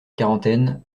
quarantaine